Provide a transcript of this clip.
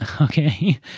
Okay